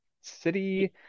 city